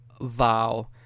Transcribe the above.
vow